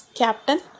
captain